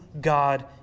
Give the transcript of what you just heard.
God